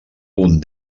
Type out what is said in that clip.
punt